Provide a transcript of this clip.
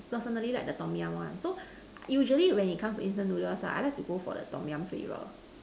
personally like the Tom Yum one so usually when it comes to instant noodles ah I like to go for the Tom-Yum flavour